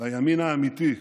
לימין האמיתי,